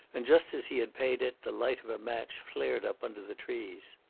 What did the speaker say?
and just as he had paid it the light of a match flared up under the trees.